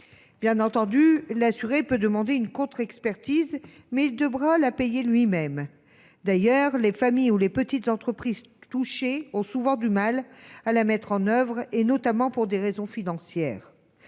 Bien entendu, l’assuré peut demander une contre expertise, mais il devra la payer lui même et, de fait, les familles ou les petites entreprises touchées ont souvent du mal à mettre en œuvre cette faculté, notamment pour des raisons financières.